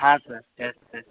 ಹಾಂ ಸರ್ ಕೇಳ್ಸ್ತು ಆಯ್ತು